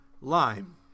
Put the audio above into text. Lime